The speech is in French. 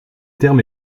terme